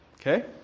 okay